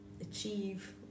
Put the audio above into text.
achieve